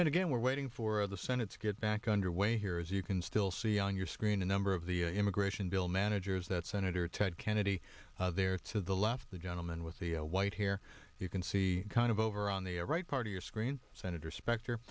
and again we're waiting for the senate to get back underway here as you can still see on your screen a number of the immigration bill managers that's senator ted kennedy there to the left the gentleman with the white here you can see kind of over on the right part of your screen senator spect